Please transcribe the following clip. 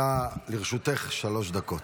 לרשותך שלוש דקות.